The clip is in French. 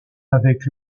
avec